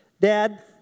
Dad